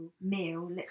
meal